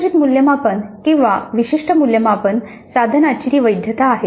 एकत्रित मूल्यमापन किंवा विशिष्ट मूल्यमापन साधनाची ती वैधता आहे